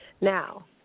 Now